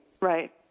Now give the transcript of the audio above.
Right